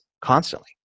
constantly